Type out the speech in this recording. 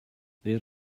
there